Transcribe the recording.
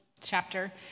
chapter